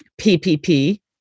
PPP